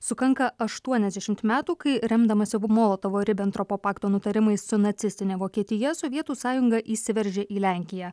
sukanka aštuoniasdešimt metų kai remdamasi molotovo ribentropo pakto nutarimais su nacistine vokietija sovietų sąjunga įsiveržė į lenkiją